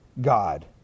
God